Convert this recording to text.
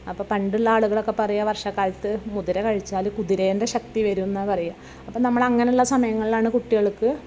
അപ്പം പണ്ടുള്ള ആളുകളൊക്കെ പറയുക വർഷക്കാലത്ത് മുതിര കഴിച്ചാൽ കുതിരേൻ്റെ ശ്ശക്തി വരും എന്നാണ് പറയുക അപ്പം നമ്മൾ അങ്ങനെയുള്ള സമയങ്ങളിലാണ് കുട്ടികൾക്ക്